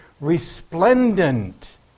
resplendent